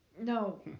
No